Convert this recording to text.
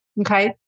Okay